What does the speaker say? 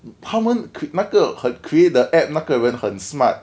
他们 cre~ 那个 create the app 那个人很 smart